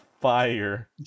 fire